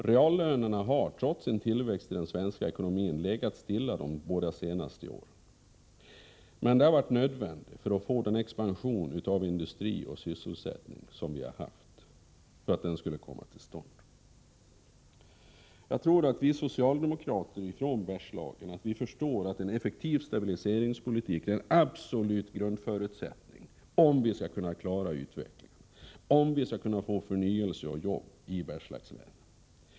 Reallönerna har trots en tillväxt i den svenska ekonomin legat stilla de båda senaste åren. Men det har varit nödvändigt för att möjliggöra den expansion av industri och sysselsättning som ägt rum. Vi socialdemokrater i Bergslagen förstår att en effektiv stabiliseringspolitik är en absolut grundförutsättning för att klara utveckling, förnyelse och jobb i Bergslagslänen.